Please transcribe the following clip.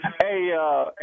hey